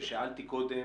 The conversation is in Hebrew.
ששאלתי קודם.